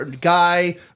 guy